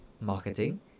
marketing